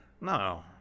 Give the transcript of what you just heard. No